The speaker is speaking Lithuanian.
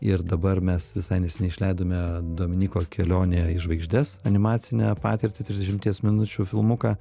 ir dabar mes visai neseniai išleidome dominyko kelionę į žvaigždes animacinę patirtį trisdešimties minučių filmuką